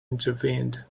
intervened